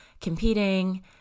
competing